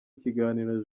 ikiganiro